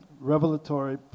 revelatory